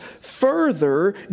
further